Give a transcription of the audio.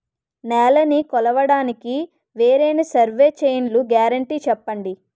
నేలనీ కొలవడానికి వేరైన సర్వే చైన్లు గ్యారంటీ చెప్పండి?